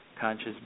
conscious